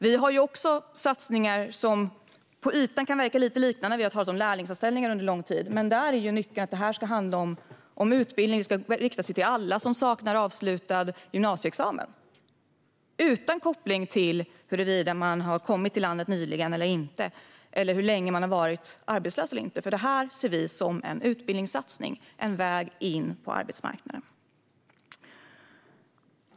Vi vill också göra satsningar som på ytan kan verka liknande. Vi har under lång tid talat om lärlingsanställningar, men där är ju nyckeln att utbildningen ska rikta sig till alla som saknar avslutad gymnasieexamen utan koppling till huruvida man nyligen har kommit till landet eller inte och hur länge man har varit arbetslös eller inte. Detta ser vi som en utbildningssatsning, som en väg in på arbetsmarknaden.